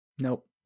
Nope